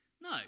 No